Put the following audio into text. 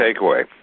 Takeaway